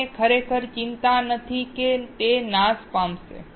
આપણને ખરેખર ચિંતા નથી કે તે નાશ પામશે